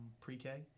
pre-k